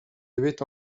avait